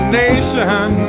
nation